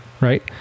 right